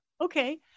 okay